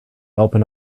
open